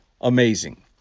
amazing